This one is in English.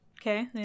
Okay